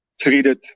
treated